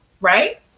right